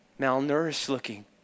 malnourished-looking